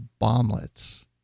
bomblets